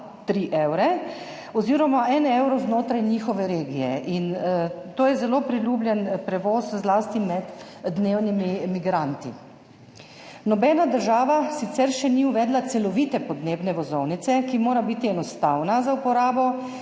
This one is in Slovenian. evre oziroma en evro znotraj njihove regije. To je zelo priljubljen prevoz, zlasti med dnevnimi migranti. Nobena država sicer še ni uvedla celovite podnebne vozovnice, ki mora biti enostavna za uporabo,